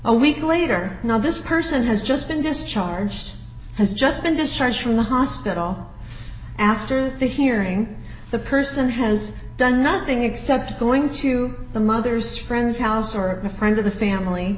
a week later now this person has just been discharged has just been discharged from the hospital after the hearing the person has done nothing except going to the mother's friend's house or a friend of the family